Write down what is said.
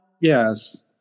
Yes